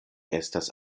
estas